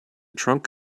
trunk